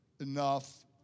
enough